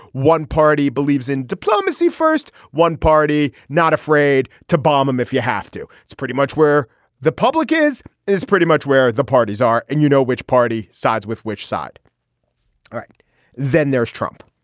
one party believes in diplomacy first one party not afraid to bomb um if you have to. it's pretty much where the public is is pretty much where the parties are. and you know which party sides with which side all right then there's trump.